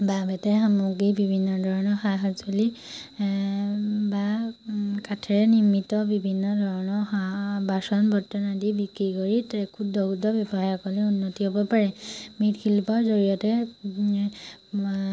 বাঁহ বেতেৰে সামগ্ৰী বিভিন্ন ধৰণৰ সা সঁজুলি বা কাঠেৰে নিৰ্মিত বিভিন্ন ধৰণৰ সা বাচন বৰ্তন আদি বিক্ৰী কৰি ক্ষুদ্ৰ ক্ষুদ্ৰ ব্যৱসায়ীসকলৰ উন্নতি হ'ব পাৰে মৃৎশিল্পৰ জৰিয়তে